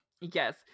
Yes